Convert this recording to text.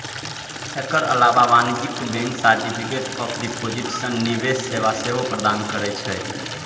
एकर अलावे वाणिज्यिक bank certificate of deposit सन निवेश सेवा सेहो प्रदान करै छै